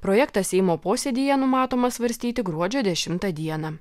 projektą seimo posėdyje numatoma svarstyti gruodžio dešimtą dieną